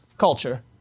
culture